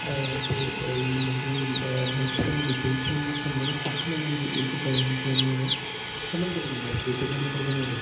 ഇപ്പോൾ ഈ ഈ മത്സരങ്ങളിൽ ജയിക്കുവാണെങ്കിൽ സമ്മാനം കൊടുക്കുമെന്നാണ് എനിക്ക് തോന്നുന്നത് സമ്മാനം കൊടുക്കും ജയിച്ചാൽ സമ്മാനം കൊടുക്കണം അല്ലോ